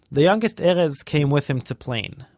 the youngest, erez, came with him to plain.